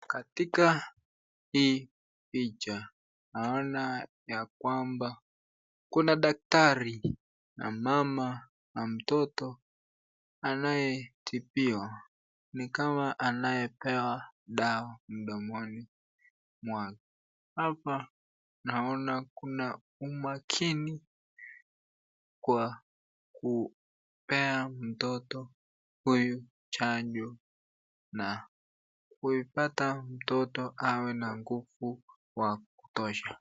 Katika hii picha naona ya kwamba kuna daktari na mama na mtoto anayetibiwa ni kama anayepewa dawa mdomoni mwake, hapa naona kuna umakini kwa kupea mtoto huyu chanjo na kuipata mtoto awe na nguvu wa kutosha.